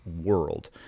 World